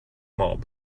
mob